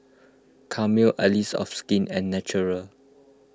Camel Allies of Skin and Naturel